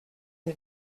une